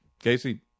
Casey